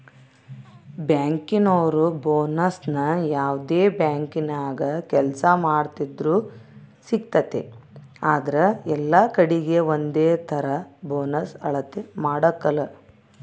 ಬ್ಯಾಂಕಿನೋರು ಬೋನಸ್ನ ಯಾವ್ದೇ ಬ್ಯಾಂಕಿನಾಗ ಕೆಲ್ಸ ಮಾಡ್ತಿದ್ರೂ ಸಿಗ್ತತೆ ಆದ್ರ ಎಲ್ಲಕಡೀಗೆ ಒಂದೇತರ ಬೋನಸ್ ಅಳತೆ ಮಾಡಕಲ